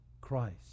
Christ